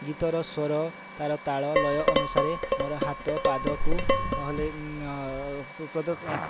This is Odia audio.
ଗୀତର ସ୍ୱର ତା'ର ତାଳ ଲୟ ଅନୁସାରେ ମୋର ହାତ ପାଦକୁ ହଲେ ପ୍ରଦର୍ଶ